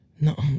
No